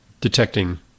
detecting